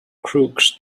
crooks